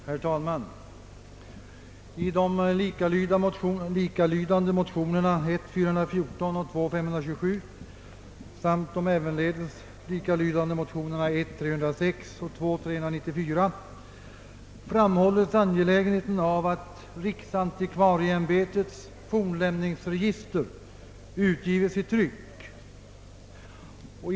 Herr talman! I de likalydande motionerna I: 414 och II: 527 samt de ävenledes likalydande motionerna I: 306 och II: 394 framhålles angelägenheten av att riksantikvarieämbetets fornlämningsregister utgives i tryck.